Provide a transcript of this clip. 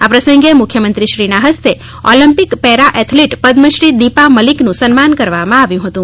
આ પ્રસંગે મુખ્યમંત્રીશ્રીના ફસ્તે Olympic para athlete Padmashri Deepa મલિકનું સન્માન કરવામાં આવ્યું હતું